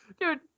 Dude